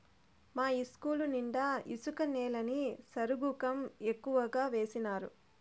మా ఇస్కూలు నిండా ఇసుక నేలని సరుగుకం ఎక్కువగా వేసినారు